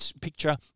picture